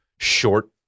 short